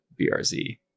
BRZ